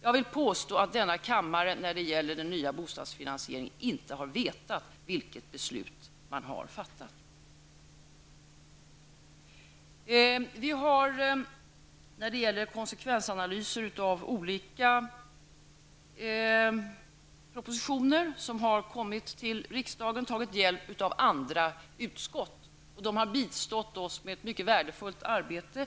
Jag vill påstå att denna kammare beträffande denna nya bostadsfinansiering inte har vetat vilket beslut som har fattats. När det gäller konsekvensanalyser av olika propositioner som har kommit till riksdagen har vi tagit hjälp av andra utskott. De har bistått oss med ett mycket värdefullt arbete.